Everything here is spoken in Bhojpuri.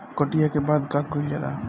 कटिया के बाद का कइल जाला?